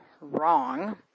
wrong